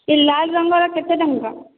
ଏ ଲାଲରଙ୍ଗର କେତେ ଟଙ୍କା